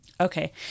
Okay